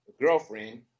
girlfriend